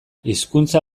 hizkuntza